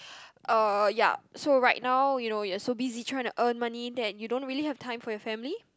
uh ya so right now you know you're so busy trying to earn money that you don't really have time for your family